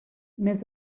més